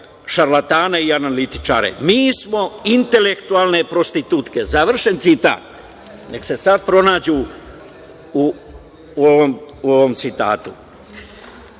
šarlatane i analitičare, „mi smo intelektualne prostitutke“, završen citat. Neka se sada pronađu u ovom citatu. Pošto